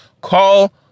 call